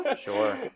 Sure